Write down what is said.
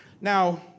Now